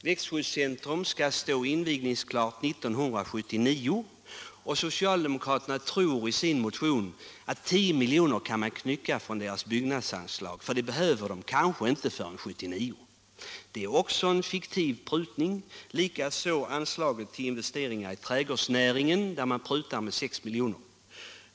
Växtskyddscentrum skall stå invigningsklart år 1979, och socialdemokraterna tror i sin motion att man kan knycka 10 miljoner från byggnadsanslaget, därför att det kanske inte kommer att behövas förrän 1979. Det är också en fiktiv prutning. Samma sak med anslaget till investeringar i trädgårdsnäringen, där man prutar 6 milj.kr.